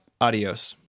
Adios